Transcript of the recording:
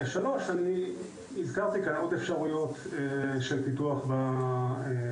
שלישית אני הזכרתי כאן עוד אפשרויות של פיתוח בקהילה,